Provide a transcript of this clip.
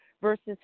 versus